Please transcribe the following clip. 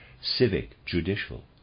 civic-judicial